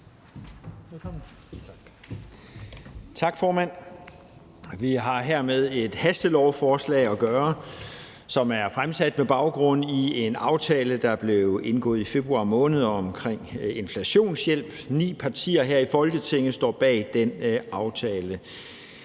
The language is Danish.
Tak, formand. Vi har her at gøre med et hastelovforslag, som er fremsat med baggrund i en aftale, der blev indgået i februar måned, omkring inflationshjælp. Ni partier her i Folketinget står bag den aftale.